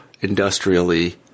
industrially